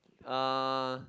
uh